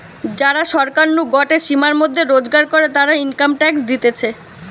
যারা সরকার নু দেওয়া গটে সীমার মধ্যে রোজগার করে, তারা ইনকাম ট্যাক্স দিতেছে